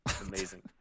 amazing